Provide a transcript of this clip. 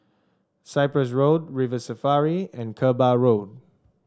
Cyprus Road River Safari and Kerbau Road